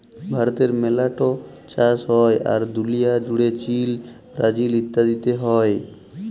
ভারতে মেলা ট চাষ হ্যয়, আর দুলিয়া জুড়ে চীল, ব্রাজিল ইত্যাদিতে হ্য়য়